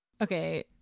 Okay